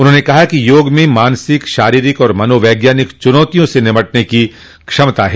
उन्होंने कहा कि योग में मानसिक शारीरिक और मनोवैज्ञानिक चुनौतियों से निपटने की क्षमता है